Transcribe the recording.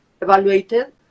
evaluated